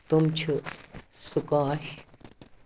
تٔمۍ چھِ سُکاش